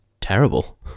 terrible